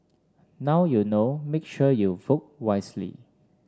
now you know make sure you vote wisely